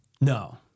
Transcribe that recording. No